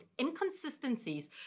inconsistencies